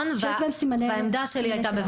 הוא יעבור על כל הודעות הפטירה,